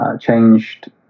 changed